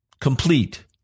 complete